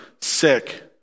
sick